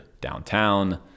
downtown